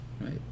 right